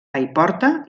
paiporta